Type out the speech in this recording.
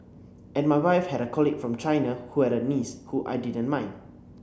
and my wife had a colleague from China who had a niece who I didn't mind